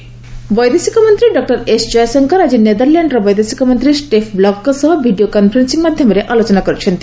S Jaishankar ବୈଦେଶିକ ମନ୍ତ୍ରୀ doctor S Jaishankar ଆଜି ନେଦରଲ୍ୟାଣ୍ଡର ବୈଦେଶିକ ମନ୍ତ୍ରୀ ଷ୍ଟେପ୍ ବ୍ଲକ୍ଙ୍କ ସହ ଭିଡ଼ିଓ କନ୍ଫରେନ୍ସିଂ ମାଧ୍ୟମରେ ଆଲୋଚନା କରିଛନ୍ତି